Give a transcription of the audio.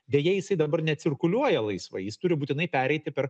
deja jisai dabar necirkuliuoja laisvai jis turi būtinai pereiti per